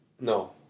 No